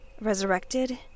Resurrected